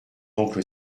oncle